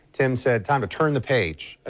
tim said time to turn the page. ah